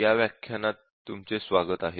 या व्याख्यानात तुमचे स्वागत आहे